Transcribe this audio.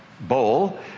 bowl